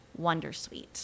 Wondersuite